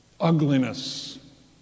ugliness